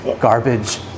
garbage